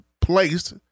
placed